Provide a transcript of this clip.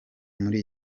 muri